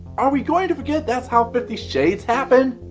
are we going to forget that's how fifty shades happen?